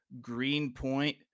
Greenpoint